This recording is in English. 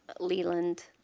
leland.